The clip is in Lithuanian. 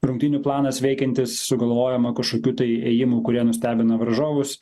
rungtynių planas veikiantis sugalvojama kažkokių tai ėjimų kurie nustebina varžovus